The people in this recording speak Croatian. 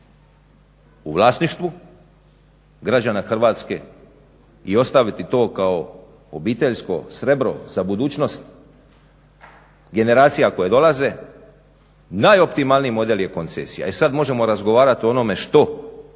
u vlasništvu građana Hrvatske i ostaviti to kao obiteljsko srebro za budućnost generacija koje dolaze najoptimalniji model je koncesija. I sada možemo razgovarati o onome što ovaj